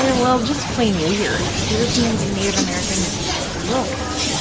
and well, just plain weird. europeans and native americans looked,